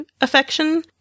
affection